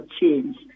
change